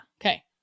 Okay